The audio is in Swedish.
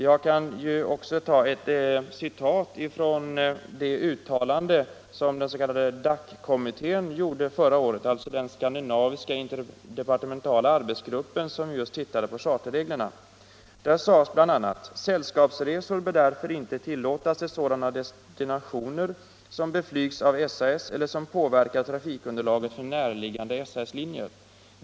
Jag kan också hänvisa till uttalande som DAC -— ett skandinaviskt departementalt arbetsutskott för översyn av charterbestämmelserna — gjorde förra året. Där sades bl.a. att sällskapsresor inte bör tillåtas till sådana destinitioner som beflygs av SAS eller som påverkar trafikunderlaget för närliggande SAS-linjer.